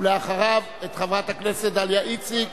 ואחריו, את חברת הכנסת דליה איציק.